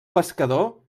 pescador